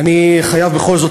אני חייב בכל זאת,